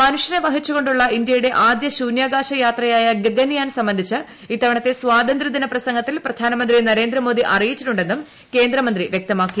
മനുഷ്യനെ വഹിച്ചു കൊണ്ടുള്ള ഇന്ത്യയുടെ ആദ്യ ശൂന്യാകാശ യാത്രയായ ഗഗൻയാൻ സംബന്ധിച്ച് ഇത്തവണത്തെ സ്വാതന്ത്ര്യദിന പ്രസംഗത്തിൽ പ്രധാനമന്ത്രി നരേന്ദ്രമോദി അറിയിച്ചിട്ടുണ്ടെന്നും കേന്ദ്രമന്ത്രി പറഞ്ഞു